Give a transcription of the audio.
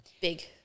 big